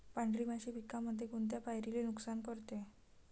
पांढरी माशी पिकामंदी कोनत्या पायरीले नुकसान करते?